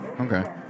okay